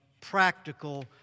practical